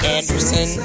Anderson